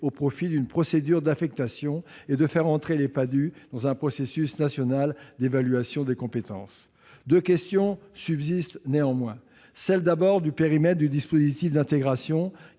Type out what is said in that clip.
au profit d'une procédure d'affectation et faire entrer les Padhue dans un processus national d'évaluation des compétences. Deux questions subsistent néanmoins. Tout d'abord, le périmètre du dispositif d'intégration